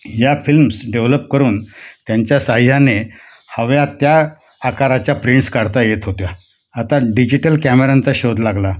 या films develop करून त्यांच्या साहाय्याने हव्या त्या आकाराच्या प्रिंट्स काढता येत होत्या आता डिजिटल कॅमेरांचा शोध लागला